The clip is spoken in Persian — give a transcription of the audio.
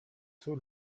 طول